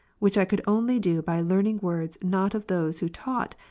which i could only do by learning words not of those who taught,